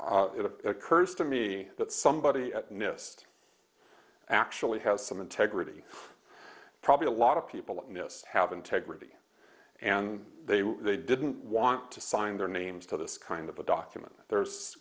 merit occurs to me that somebody at nist actually has some integrity probably a lot of people at nist have integrity and they were they didn't want to sign their names to this kind of a document there's